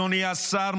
אדוני השר,